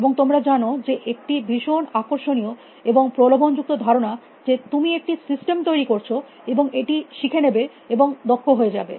এবং তোমরা জানো যে এটি একটি ভীষণ আকর্ষণীয় এবং প্রলোভন যুক্ত ধারণা যে তুমি একটি সিস্টেম তৈরী করছ এবং এটি শিখে নেবে এবং দক্ষ হয়ে যাবে